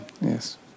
Yes